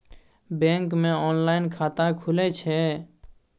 Bank मे online खाता खुले छै?